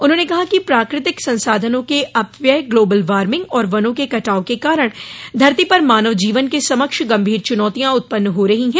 उन्होंने कहा कि प्राकृतिक संसाधनों के अपव्यय ग्लोबल वार्मिंग और वनों के कटाव के कारण धरती पर मानव जीवन के समक्ष गम्भीर चुनौतियां उत्पन्न हो रही हैं